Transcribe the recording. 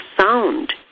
sound